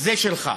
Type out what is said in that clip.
זה שלך.